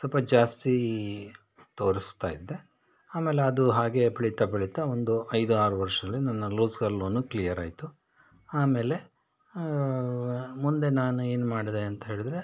ಸ್ವಲ್ಪ ಜಾಸ್ತಿ ತೋರಿಸ್ತಾ ಇದ್ದೆ ಆಮೇಲೆ ಅದು ಹಾಗೇ ಬೆಳಿತಾ ಬೆಳಿತಾ ಒಂದು ಐದು ಆರು ವರ್ಷಗಳಲ್ಲಿ ನನ್ನ ರೋಝ್ಗಾರ್ ಲೋನು ಕ್ಲಿಯರ್ ಆಯಿತು ಆಮೇಲೆ ಮುಂದೆ ನಾನು ಏನು ಮಾಡಿದೆ ಅಂತ ಹೇಳಿದರೆ